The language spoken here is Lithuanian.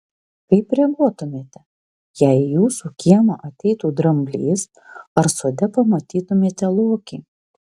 kaip reaguotumėte jei į jūsų kiemą ateitų dramblys ar sode pamatytumėte lokį